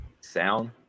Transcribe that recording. sound